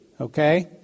okay